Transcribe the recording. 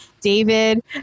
David